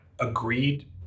agreed